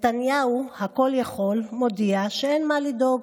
נתניהו הכול-יכול מודיע שאין מה לדאוג,